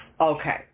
Okay